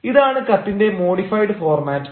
ഇതാണ് കത്തിന്റെ modified format